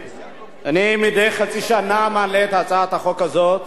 אני מדי חצי שנה מעלה את הצעת החוק הזאת